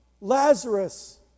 Lazarus